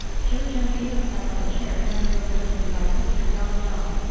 zhou zhenghao sat on a chair handed over to him by sister dong dong,